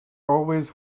always